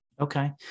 Okay